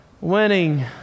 winning